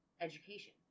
education